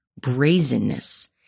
brazenness